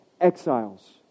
exiles